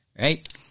right